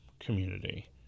community